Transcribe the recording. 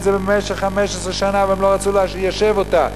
זה במשך 15 שנה והם לא רצו ליישב אותה,